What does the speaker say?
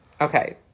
okay